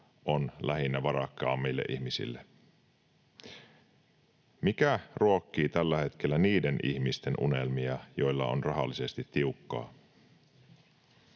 on lähinnä varakkaammille ihmisille. Mikä ruokkii tällä hetkellä niiden ihmisten unelmia, joilla on rahallisesti tiukkaa?